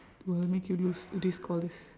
will make you lose these all these